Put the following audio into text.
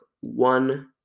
one